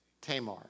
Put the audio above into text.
Tamar